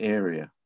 area